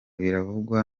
biravugwa